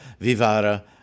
vivara